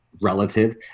relative